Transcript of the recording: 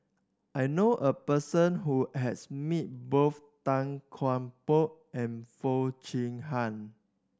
I knew a person who has met both Tan Kian Por and Foo Chee Han